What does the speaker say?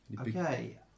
okay